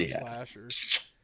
slashers